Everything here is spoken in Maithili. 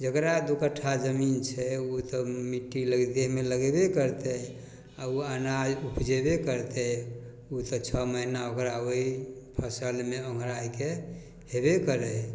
जकरा दुइ कट्ठा जमीन छै ओ तऽ मिट्टी लगे देहमे लगेबे करतै आओर ओ अनाज उपजेबे करतै ओ तऽ छओ महिना ओकरा ओहि फसिलमे ओँघराइके हेबे करै हइ